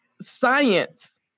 science